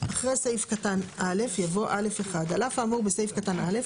אחרי סעיף קטן (א) יבוא: "(א1) על אף האמור בסעיף קטן ,א),